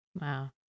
Wow